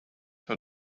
how